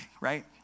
right